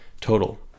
total